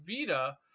Vita